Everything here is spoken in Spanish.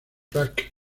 track